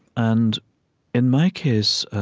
and in my case,